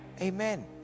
Amen